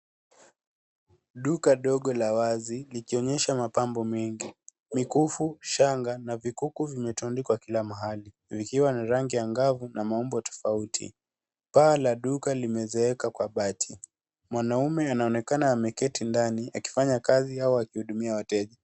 Duka dogo la wazi likionyesha mapambo mengi, mikufu, shanga, huku vimetundikwa kila mahali vikiwa na rangi angavu na maumbo tofauti. Paa la duka limezeeka kwa bati. Mwanaume anaonekana ameketi ndani akifanya kazi au akihudumia wateja.